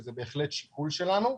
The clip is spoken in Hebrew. זה בהחלט שיקול שלנו.